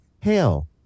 Hail